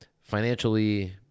financially